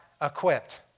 equipped